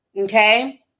Okay